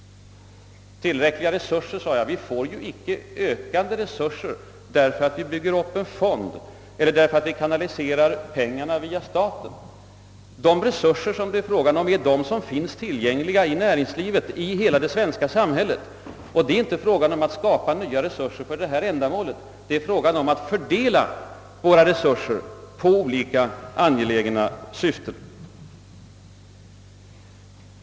Tillräckliga resurser, sade jag. Vi får ju inte ökade resurser genom att bygga upp en fond som kanaliserar pengar via staten. De resurser som det är fråga om är de som finns tillgängliga och som skapas i näringslivet i hela det svenska samhället. För regeringen är det inte fråga om att skapa nya resurser, utan att fördela dem på olika ändamål efter sina egna bedömningar.